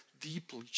deeply